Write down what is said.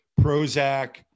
Prozac